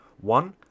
one